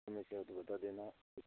उनमें से हो तो बता देना